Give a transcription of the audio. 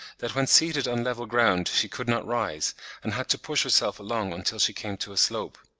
that when seated on level ground she could not rise, and had to push herself along until she came to a slope.